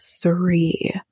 three